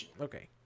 Okay